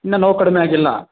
ಇನ್ನ ನೋವು ಕಡಿಮೆಯಾಗಿಲ್ಲ